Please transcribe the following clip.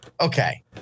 okay